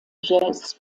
jazz